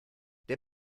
der